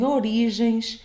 origens